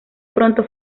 pronto